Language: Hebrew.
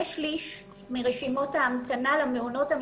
שליש מרשימות ההמתנה למעונות הממשלתיים,